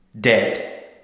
Dead